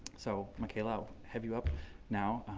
so, micaela, i'll have you up now.